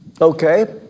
Okay